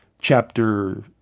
chapter